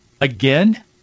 Again